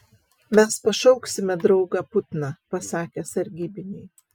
mes pašauksime draugą putną pasakė sargybiniai